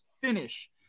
finish